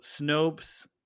Snopes